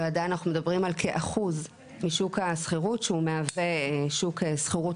ועדיין אנחנו מדברים על כאחוז משוק השכירות שהוא מהווה שוק שכירות